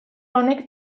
honek